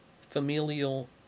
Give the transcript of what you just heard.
familial